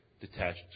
detached